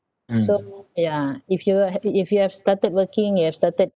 so yeah if you ha~ i~ if you have started working you have started